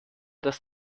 das